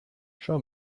show